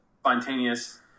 spontaneous